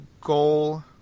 goal